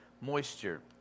moisture